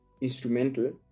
instrumental